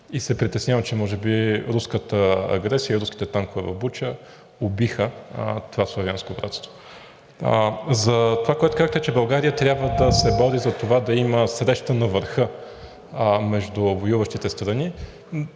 и се притеснявам, че може би руската агресия, руските танкове в Буча убиха това славянско братство. За онова, което казахте – че България трябва да се бори за това да има среща на върха между воюващите страни.